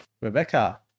Rebecca